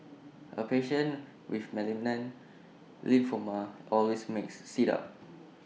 A patient with malignant lymphoma always makes me sit up